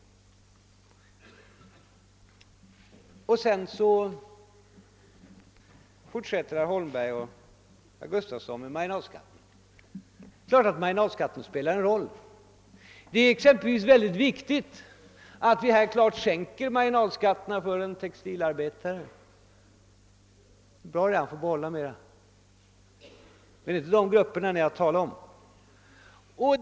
Sedan fortsatte också herr Holmberg och herr Gustafson i Göteborg med att tala om marginalskatten, och det är klart att den spelar en roll. Det är mycket viktigt att vi exempelvis företar en betydande sänkning av marginalskatten för textilarbetare, så att de får behålla mera av sin inkomst. Men det är inte sådana grupper ni har talat om.